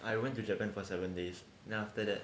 I